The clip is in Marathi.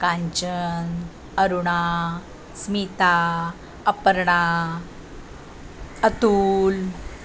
कांचन अरुणा स्मिता अपर्णा अतुल